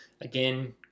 Again